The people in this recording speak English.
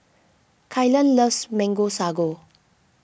Kylan loves Mango Sago